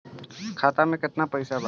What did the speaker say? खाता में केतना पइसा बा?